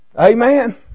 Amen